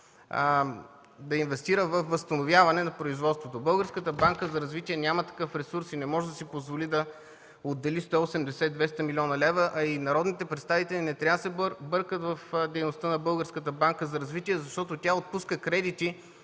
да инвестира във възстановяване на производството. Българската банка за развитие няма такъв ресурс и не може да си позволи да отдели 180 200 млн. лв., а и народните представители не трябва да се бъркат в дейността на Българската банка за развитие, защото тя отпуска кредити